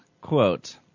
quote